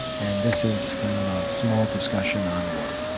and this is kind of a small discussion on water.